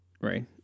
right